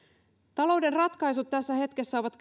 talouden ratkaisut tässä hetkessä ovat